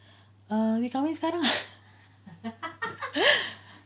uh tapi kahwin sekarang